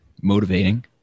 motivating